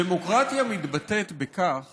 דמוקרטיה מתבטאת בכך